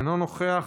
אינו נוכח,